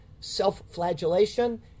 self-flagellation